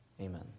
Amen